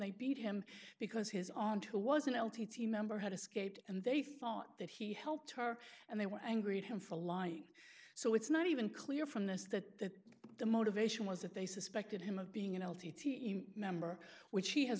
they beat him because his aunt who was an l t e team member had escaped and they thought that he helped her and they were angry at him for lying so it's not even clear from this that the motivation was that they suspected him of being an l t e member which he has